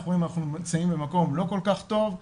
אנחנו נמצאים במקום לא כל כך טוב.